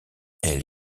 elle